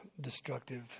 destructive